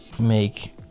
make